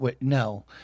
no